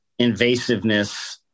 invasiveness